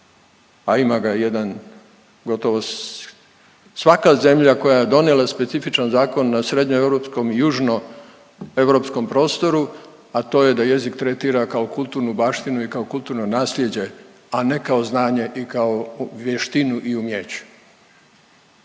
a ima ga jedan gotovo svaka zemlja koja je donijela specifičan zakon na srednje europskom i južno europskom prostoru, a to je da jezik tretira kao kulturnu baštinu i kao kulturno naslijeđe, a ne kao znanje i kao vještinu i umijeće.